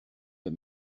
vas